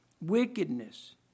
Wickedness